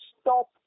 stop